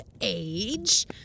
Age